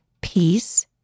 peace